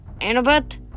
Annabeth